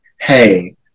hey